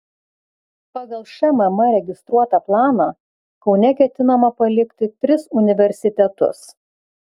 pagal šmm registruotą planą kaune ketinama palikti tris universitetus